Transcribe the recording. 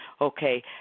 okay